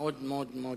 מאוד מאוד מוכר.